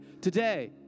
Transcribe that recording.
today